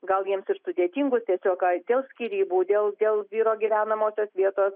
gal jiems ir sudėtingus tiesiog dėl skyrybų dėl dėl vyro gyvenamosios vietos